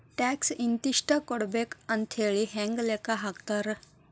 Tax ಇಂತಿಷ್ಟ ಕೊಡ್ಬೇಕ್ ಅಂಥೇಳಿ ಹೆಂಗ್ ಲೆಕ್ಕಾ ಹಾಕ್ತಾರ?